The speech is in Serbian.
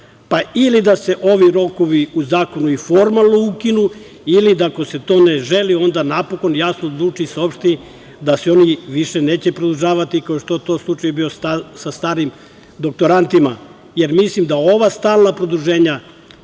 pa ili da se ovi rokovi u zakonu i formalno ukinu ili da ako se to ne želi onda napokon jasno odluči i saopšti da se oni više neće produžavati, kao što je to slučaj bio sa starim doktorantima, jer mislim da ova stalna produženja